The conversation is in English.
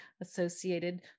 associated